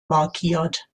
markiert